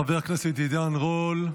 חבר הכנסת עידן רול,